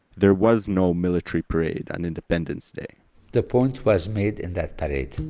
there was no military parade on independence day the point was made in that parade.